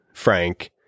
frank